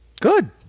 Good